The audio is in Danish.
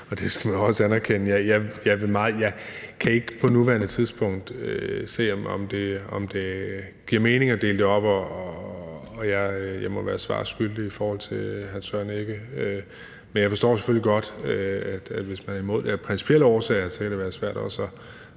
og det skal man også anerkende. Jeg kan ikke på nuværende tidspunkt se, om det giver mening at dele det op, og jeg må være svar skyldig i forhold til hr. Søren Egge Rasmussen. Men jeg forstår selvfølgelig godt, at det, hvis man er imod det, af principielle årsager kan være svært også at